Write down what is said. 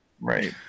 right